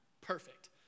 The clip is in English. Perfect